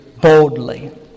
boldly